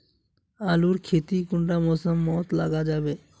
आलूर खेती कुंडा मौसम मोत लगा जाबे?